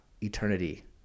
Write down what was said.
eternity